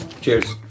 Cheers